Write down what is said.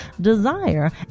desire